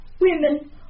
Women